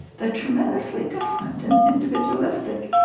they're tremendously different and individualistic.